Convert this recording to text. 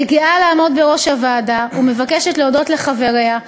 אני גאה לעמוד בראש הוועדה ומבקשת להודות לחבריה,